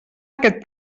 aquest